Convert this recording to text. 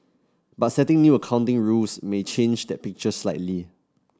but setting new accounting rules may change that picture slightly